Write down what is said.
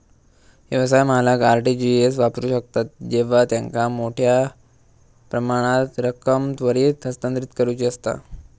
व्यवसाय मालक R T G S वापरू शकतत जेव्हा त्यांका मोठ्यो प्रमाणात रक्कम त्वरित हस्तांतरित करुची असता